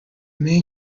main